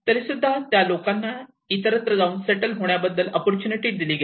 तरीसुद्धा त्या लोकांना इतरत्र जाऊन सेटल होण्याबद्दल ऑपपोर्टेनिटी दिली गेली